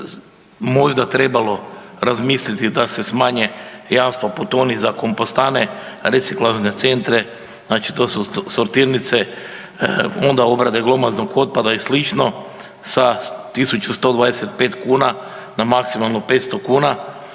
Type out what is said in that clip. možda trebalo razmisliti da se smanje jamstva po toni za kompostane, reciklažne centre znači to su sortirnice, onda obrade glomaznog otpada i sl. sa 1.125 kuna na maksimalno 500 kuna